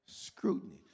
Scrutiny